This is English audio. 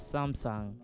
Samsung